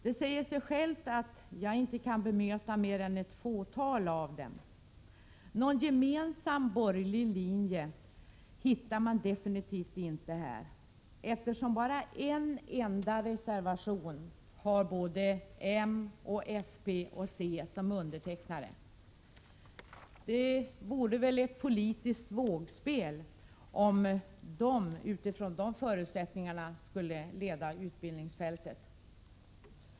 Det säger sig självt att jag inte kan bemöta mer än ett fåtal av dem. Någon gemensam borgerlig linje hittar man absolut inte här, eftersom bara en enda reservation har såväl m, fp som c som undertecknare. Det vore ett politiskt vågspel om dessa partier, utifrån de förutsättningarna, skulle leda utbildningsfältet.